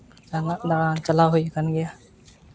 ᱟᱭᱢᱟ ᱫᱟᱲᱟᱱ ᱪᱟᱞᱟᱣ ᱦᱩᱭᱟᱠᱟᱱ ᱜᱮᱭᱟ